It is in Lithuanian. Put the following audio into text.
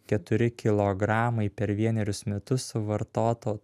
keturi kilogramai per vienerius metus suvartoto